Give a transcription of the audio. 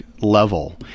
level